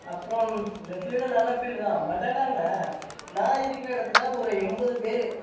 அப்புறம் இந்த ஃபீல்டு நல்ல ஃபீல்டு தான் பட் என்னென்ன நான் இருக்கிற இடத்துல ஒரு எண்பது பேர்